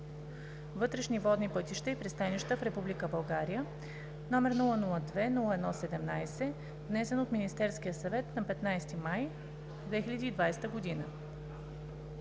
вътрешни водни пътища и пристанища в Република България, № 002-01-17, внесен от Министерския съвет на 15 май 2020 г.